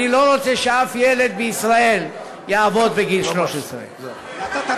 אני לא רוצה שאף ילד בישראל יעבוד בגיל 13. כל הכבוד.